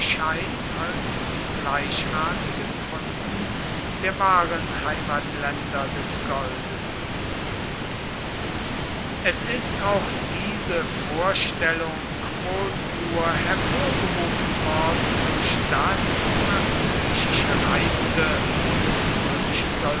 erscheint als in den gleichartigen funden der wahren heimatländer des goldes es ist auch diese vorstellung wohl nur hervorgerufen worden durch das was griechische reisende und